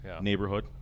neighborhood